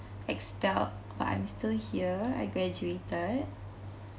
expelled but I'm still here I graduated